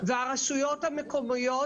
והרשויות המקומיות,